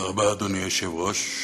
אדוני היושב-ראש,